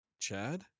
Chad